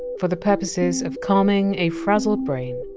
for the purposes of calming a frazzled brain,